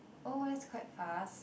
oh that's quite fast